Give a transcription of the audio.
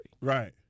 Right